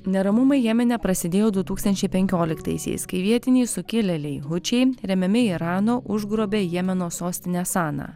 neramumai jemene prasidėjo du tūkstančiai penkioliktaisiais kai vietiniai sukilėliai hučiai remiami irano užgrobė jemeno sostinę saną